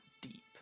deep